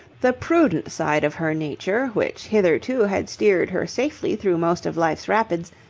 the prudent side of her nature, which hitherto had steered her safely through most of life's rapids,